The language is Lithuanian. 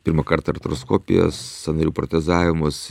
pirmąkart artroskopijas sąnarių protezavimus